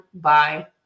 bye